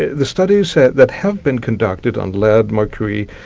the studies that that have been conducted on lead, mercury,